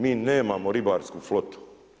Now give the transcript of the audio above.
Mi nemamo ribarsku flotu.